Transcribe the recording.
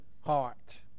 heart